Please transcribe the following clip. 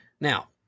Now